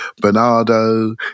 Bernardo